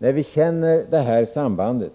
När vi känner detta samband